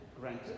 granted